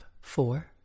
four